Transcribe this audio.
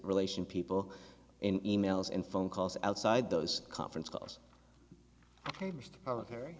relation people in e mails and phone calls outside those conference calls o